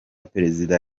perezida